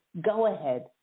go-ahead